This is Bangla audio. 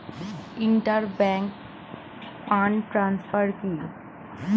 ইন্টার ব্যাংক ফান্ড ট্রান্সফার কি?